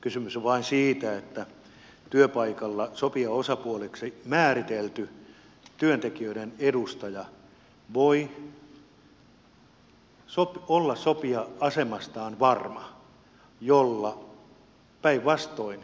kysymys on vain siitä että työpaikalla sopijaosapuoleksi määritelty työntekijöiden edustaja voi olla sopija asemastaan varma